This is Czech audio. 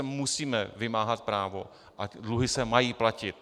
Musíme vymáhat právo a dluhy se mají platit.